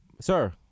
Sir